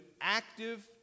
active